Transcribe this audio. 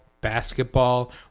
basketball